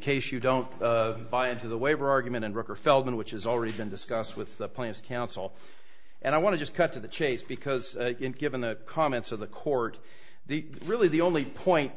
case you don't buy into the waiver argument and record feldman which has already been discussed with the plants counsel and i want to just cut to the chase because given the comments of the court the really the only point